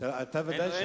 תפרט.